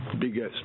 biggest